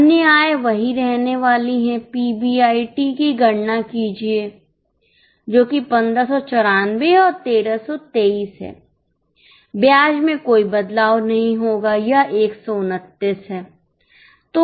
अन्य आय वही रहने वाली हैं पीबीआईटी की गणना कीजिए जोकि 1594 और 1323 है ब्याज में कोई बदलाव नहीं होगा यह 129 है